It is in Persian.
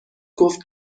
گفت